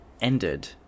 ended